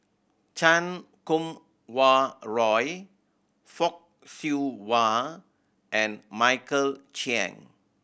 Chan Kum Wah Roy Fock Siew Wah and Michael Chiang